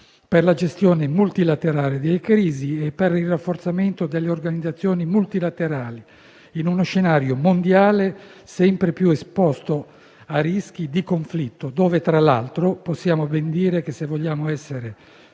per la gestione multilaterale delle crisi e per il rafforzamento delle organizzazioni multilaterali, in uno scenario mondiale sempre più esposto a rischi di conflitto. Tra l'altro, possiamo ben dire che, se vogliamo essere